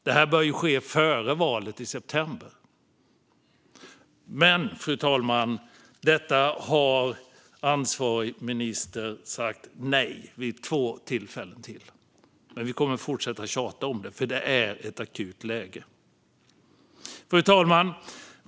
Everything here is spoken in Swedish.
Detta bör ske före valet i september. Det här har dock ansvarig minister vid två tillfällen sagt nej till. Vi kommer dock att fortsätta att tjata, för läget är akut. Fru talman!